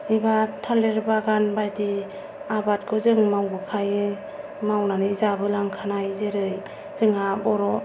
एबा थालिर बागान बायदि आबादखौ जों मावबोखायो मावनानै जाबोनांखानाय जेरै जोंहा बर'